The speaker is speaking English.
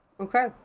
okay